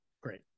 Great